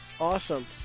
awesome